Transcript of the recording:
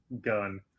gun